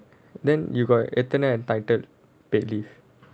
then you got எத்தனை:ethanai entitled paid leave